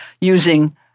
using